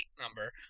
number